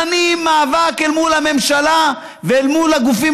שנים מאבק אל מול הממשלה ואל מול הגופים